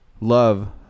love